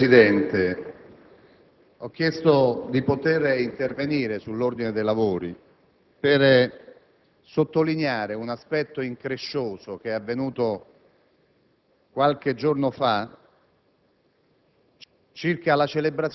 Signor Presidente, ho chiesto di poter intervenire sull'ordine dei lavori per sottolineare una vicenda incresciosa che è si è verificata qualche giorno fa,